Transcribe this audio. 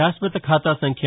శాశ్వత ఖాతా సంఖ్య